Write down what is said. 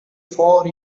four